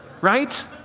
right